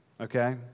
okay